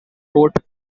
wrote